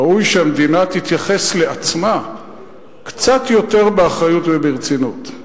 ראוי שהמדינה תתייחס לעצמה קצת יותר באחריות וברצינות,